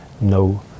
no